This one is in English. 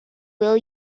will